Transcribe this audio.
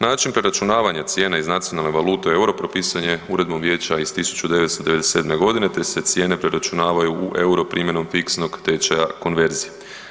Način preračunavanja cijene iz nacionalne valute u EUR-o propisan je Uredbom Vijeća iz 1997.g., te se cijene preračunavaju u EUR-o primjenom fiksnog tečaja konverzije.